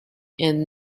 and